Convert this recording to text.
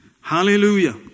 Hallelujah